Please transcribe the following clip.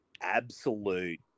absolute